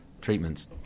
treatments